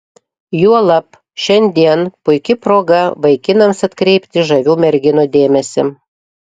juolab šiandien puiki proga vaikinams atkreipti žavių merginų dėmesį